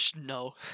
No